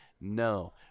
No